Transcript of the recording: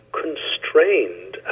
constrained